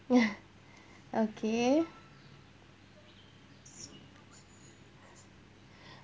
ya okay